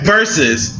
Versus